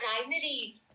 primary